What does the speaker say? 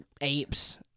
apes